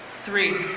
three,